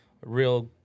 real